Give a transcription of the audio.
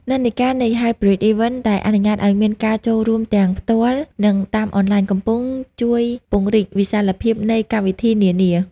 និន្នាការនៃ "Hybrid Events" ដែលអនុញ្ញាតឱ្យមានការចូលរួមទាំងផ្ទាល់ និងតាមអនឡាញ កំពុងជួយពង្រីកវិសាលភាពនៃកម្មវិធីនានា។